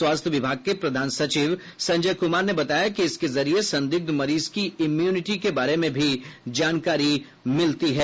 स्वास्थ्य विभाग के प्रधान सचिव संजय कुमार ने बताया कि इसके जरिये संदिग्ध मरीज की इम्यूनिटी के बारे में भी जानकारी मिलती है